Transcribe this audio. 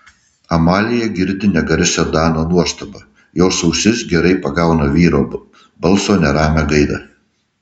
amalija girdi negarsią dano nuostabą jos ausis gerai pagauna vyro balso neramią gaidą